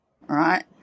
right